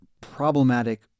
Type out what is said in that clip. problematic